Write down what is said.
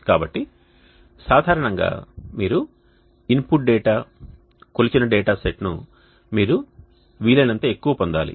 కాబట్టి సాధారణంగా మీరు ఇన్పుట్ డేటా కొలిచిన డేటా సెట్ను మీరు వీలైనంత ఎక్కువ పొందాలి